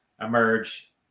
emerge